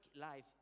life